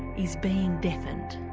is being deafened.